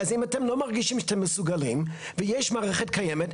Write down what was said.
אז אם אתם לא מרגישים שאתם מסוגלים ויש מערכת קיימת,